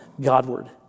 Godward